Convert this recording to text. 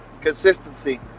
consistency